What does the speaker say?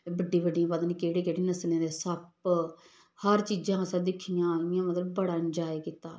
एह् बड्डी बड्डियां पता न केह्ड़े केह्ड़े नसलें दे सप्प हर चीज़ां असें दिक्खियां इ'यां इ'यां मतलब बड़ा इंजाय कीता